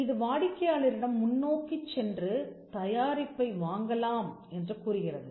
இது வாடிக்கையாளரிடம் முன்னோக்கிச் சென்று தயாரிப்பை வாங்கலாம் என்று கூறுகிறது